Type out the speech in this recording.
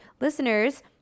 listeners